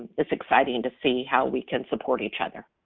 it's exciting to see how we can support each other.